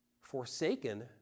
Forsaken